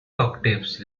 octaves